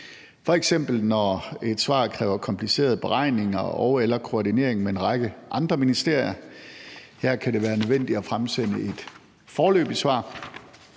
f.eks. når et svar kræver komplicerede beregninger og/eller koordinering med en række andre ministerier. Her kan det være nødvendigt at fremsende et foreløbigt svar,